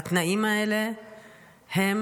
והתנאים האלה הם: